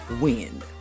win